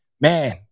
Man